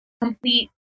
complete